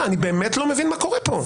אני באמת לא מבין מה קורה פה.